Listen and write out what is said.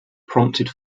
prompted